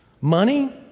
Money